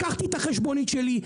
לקחתי את החשבונית שלי,